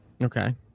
Okay